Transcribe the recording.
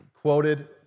quoted